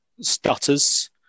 stutters